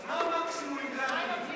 אז מה המקסימום אם זה המינימום?